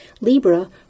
Libra